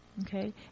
okay